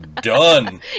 Done